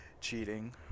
cheating